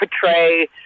portray